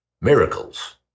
Miracles